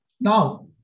Now